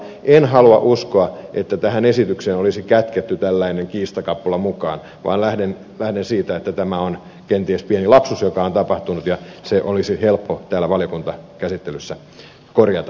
en halua uskoa että tähän esitykseen olisi kätketty tällainen kiistakapula mukaan vaan lähden siitä että tämä on kenties pieni lapsus mikä on tapahtunut ja se olisi helppo täällä valiokuntakäsittelyssä korjata